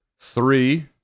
Three